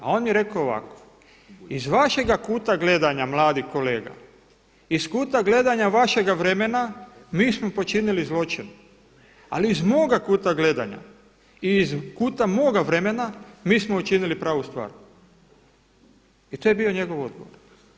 A on je rekao ovako, iz vašega kuta gledanja mladi kolega, iz kuta gledanja vašega vremena mi smo počinili zločin, ali iz moga kuta gledanja i iz kuta moga vremena mi smo učinili pravu stvar i to je bio njegov odgovor.